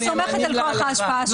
אני סומכת על כוח ההשפעה שלך.